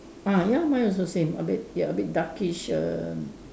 ah ya mine also same a bit ya a bit darkish err